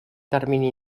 termini